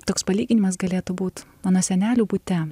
toks palyginimas galėtų būt mano senelių bute